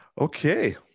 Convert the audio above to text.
okay